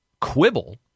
quibble